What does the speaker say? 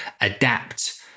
adapt